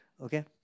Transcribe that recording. Okay